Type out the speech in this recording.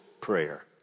prayer